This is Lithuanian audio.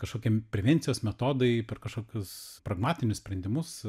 kažkokie prevencijos metodai per kažkokius pragmatinius sprendimus